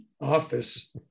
office